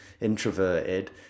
introverted